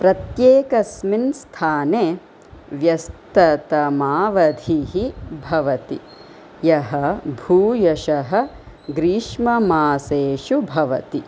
प्रत्येकस्मिन् स्थाने व्यस्ततमावधिः भवति यः भूयशः ग्रीष्ममासेषु भवति